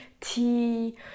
tea